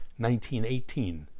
1918